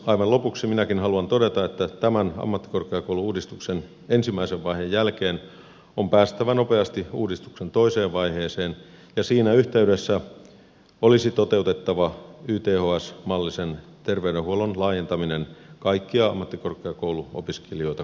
aivan lopuksi minäkin haluan todeta että tämän ammattikorkeakoulu uudistuksen ensimmäisen vaiheen jälkeen on päästävä nopeasti uudistuksen toiseen vaiheeseen ja siinä yhteydessä olisi toteutettava yths mallisen terveydenhuollon laajentaminen kaikkia ammattikorkeakouluopiskelijoita koskevaksi